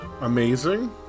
amazing